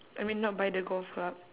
I mean not by the golf club